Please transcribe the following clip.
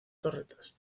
torretas